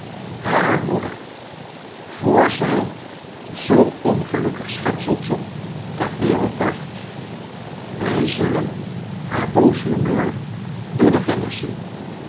barer moeder voor zij zoo'n ongelukkig schepseltje ter wereld bracht wij zullen haar boos humeur door de vingers zien